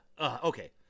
Okay